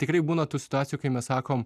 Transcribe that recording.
tikrai būna tų situacijų kai mes sakom